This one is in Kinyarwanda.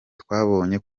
twabonye